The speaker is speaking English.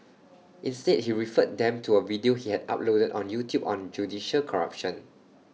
instead he referred them to A video he had uploaded on YouTube on judicial corruption